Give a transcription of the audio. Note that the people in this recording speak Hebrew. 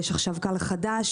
יש עכשיו גל חדש.